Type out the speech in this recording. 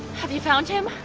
have you found him?